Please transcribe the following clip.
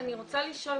אני רוצה לשאול